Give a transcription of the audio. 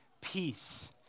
peace